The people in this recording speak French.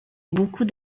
beaucoup